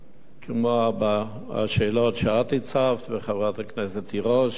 כמו השאלות שאת וחברת הכנסת תירוש הצבתן.